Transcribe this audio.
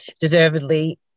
deservedly